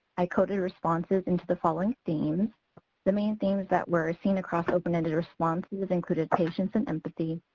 i coded responses into the following themes the main themes that were seen across open-ended responses included patience and empathy,